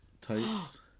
tights